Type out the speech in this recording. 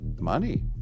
money